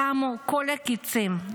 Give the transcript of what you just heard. תמו כל הקיצין.